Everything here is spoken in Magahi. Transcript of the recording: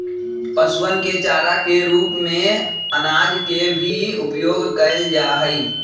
पशुअन के चारा के रूप में अनाज के भी उपयोग कइल जाहई